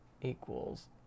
equals